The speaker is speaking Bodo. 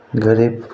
गोरिब